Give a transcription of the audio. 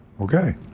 Okay